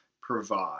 provide